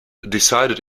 decided